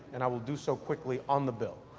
and i will do so quickly on the bill.